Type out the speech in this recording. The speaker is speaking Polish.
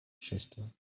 siostro